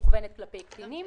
שמכוונת כלפי קטינים,